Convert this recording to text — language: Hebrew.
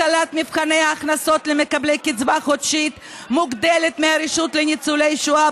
הקלת מבחני ההכנסות למקבלי קצבה חודשית מוגדלת מהרשות לניצולי שואה,